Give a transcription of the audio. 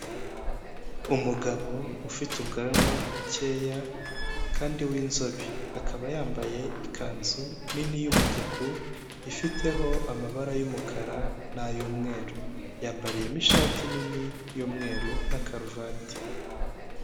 Umugabo ufite ubwanwa bukeya kandi w'inzobe akaba yambaye ikanzu nini y'umutuku ifiteho amabara y'umukara n'ay'umweru, yambariyemo ishati nini y'umweru na karuvati.